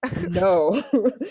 No